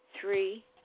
Three